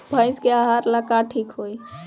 भइस के आहार ला का ठिक होई?